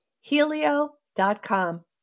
helio.com